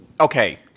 okay